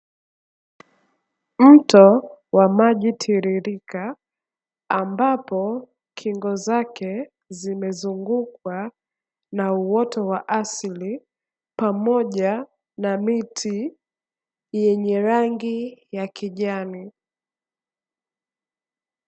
Mto wa maji tiririka ambapo kingo zake zimezungukwa na uoto wa asili pamoja na miti yenye rangi ya kijani.